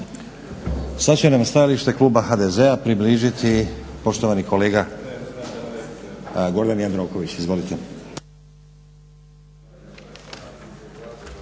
Sada će nam stajalište kluba HDZ-a približiti poštovani kolega Gordan Jandroković. Izvolite.